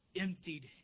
emptied